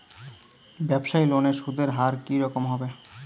ব্যবসায়ী লোনে সুদের হার কি রকম হবে?